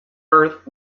earth